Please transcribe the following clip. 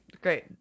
Great